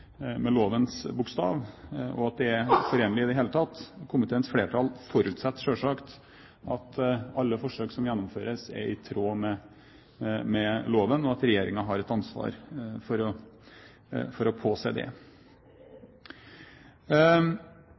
lovens bokstav, om dette er forenlig med den i det hele tatt. Komiteens flertall forutsetter selvsagt at alle forsøk som gjennomføres, er i tråd med loven, og at regjeringen har et ansvar for å påse det.